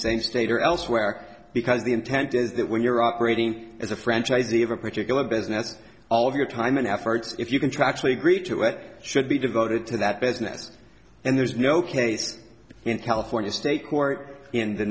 same state or elsewhere because the intent is that when you're operating as a franchisee of a particular business all of your time and efforts you contractually agree to what should be devoted to that business and there's no case in california state court in the